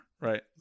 Right